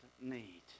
need